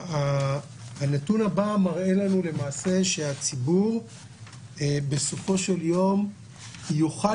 הנתון הבא מראה לנו למעשה שהציבור בסופו של יום יוכל